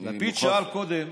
לפיד שאל קודם,